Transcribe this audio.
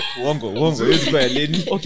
Okay